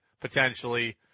potentially